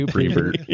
Prevert